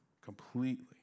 completely